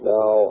Now